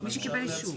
מי שקיבל אישור.